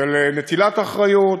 של נטילת אחריות,